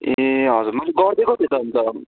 ए हजुर मैले गरिदिएको थिएँ त अन्त